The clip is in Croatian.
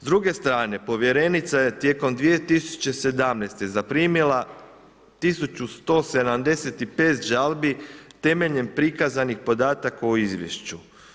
S druge strane povjerenica je tijekom 2017. zaprimili 1175 žalbi temeljem prikazanih podataka u izvješću.